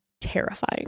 Terrifying